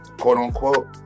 quote-unquote